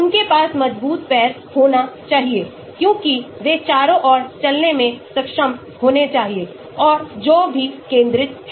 उनके पास मजबूत पैर होना चाहिए क्योंकि वे चारों ओर चलने में सक्षम होने चाहिए और जो भी केंद्रित हैं